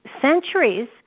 centuries